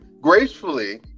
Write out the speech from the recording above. gracefully